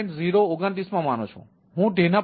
029માં માનું છું હું તેના પર 8